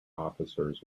officers